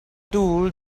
tool